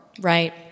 Right